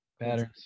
Patterns